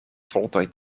voltooid